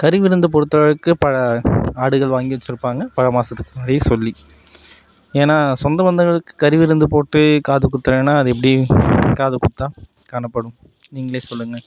கறி விருந்து பொறுத்தளவுக்கு ஆடுகள் வாங்கி வைத்திருப்பாங்கள் பல மாதத்துக்கு முன்னாடி சொல்லி ஏன்னா சொந்த பந்தங்களுக்கு கறி விருந்து போட்டு காது குத்தலைன்னா அது எப்படி காது குத்தாக காணப்படும் நீங்களே சொல்லுங்கள்